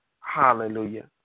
Hallelujah